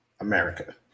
America